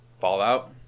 Fallout